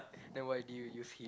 then why do you use him